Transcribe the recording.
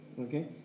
Okay